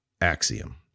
axiom